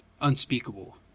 unspeakable